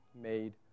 made